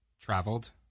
Traveled